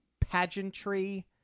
pageantry